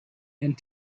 and